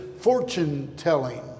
fortune-telling